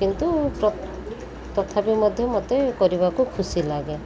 କିନ୍ତୁ ତଥାପି ମଧ୍ୟ ମୋତେ କରିବାକୁ ଖୁସି ଲାଗେ